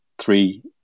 three